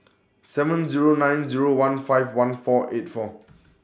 seven Zero nine Zero one five one four eight four